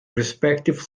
respective